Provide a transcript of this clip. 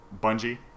Bungie